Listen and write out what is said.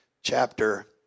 chapter